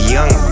Young